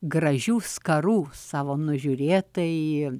gražių skarų savo nužiūrėtai